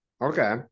Okay